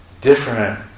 different